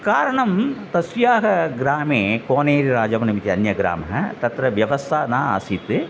कारणं तस्याः ग्रामे कोनेर्राजबनम् इति अन्यग्रामः तत्र व्यवस्था न आसीत्